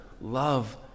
love